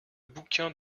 bouquin